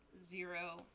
zero